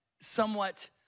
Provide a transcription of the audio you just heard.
somewhat